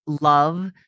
love